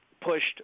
pushed